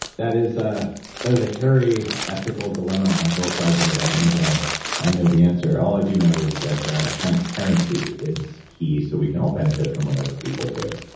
that is ah that is a hairy ethical dilemma on both sides of it. i don't know that i i know the answer. all i do know is that that transparency is key so we can all benefit from whatever people do.